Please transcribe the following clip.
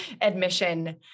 admission